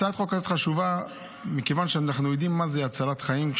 הצעת החוק הזאת חשובה מכיוון שאנחנו יודעים מה זה הצלת חיים.